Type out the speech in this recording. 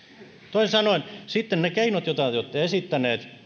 toisin sanoen sitten ne keinot joita te olette esittäneet